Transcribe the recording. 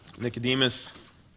Nicodemus